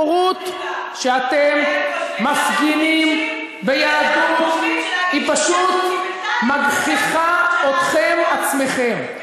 הבורות שאתם מפגינים ביהדות פשוט מגחיכה אתכם עצמכם.